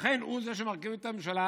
לכן הוא זה שמרכיב את הממשלה,